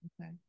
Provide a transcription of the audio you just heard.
Okay